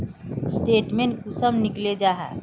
Statement कुंसम निकले जाहा?